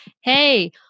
Hey